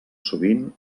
sovint